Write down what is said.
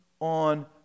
on